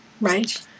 Right